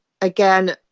Again